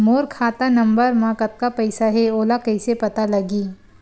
मोर खाता नंबर मा कतका पईसा हे ओला कइसे पता लगी?